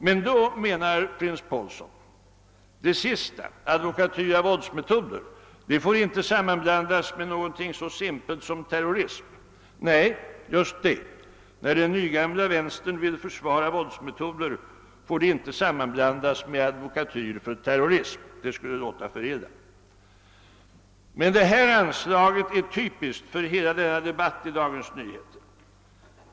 Men, menar Printz-Påhlson, den sista — advokatyr av våldsmetoder — får inte sammanblandas med något så simpelt som terrorism. Nej, just det. När den nygamla vänstern vill försvara våldsmetoder får det inte sammanblandas med advokatyr för terrorism. Det skulle låta alltför illa! Detta anslag är typiskt för hela denna debatt i Dagens Nyheter.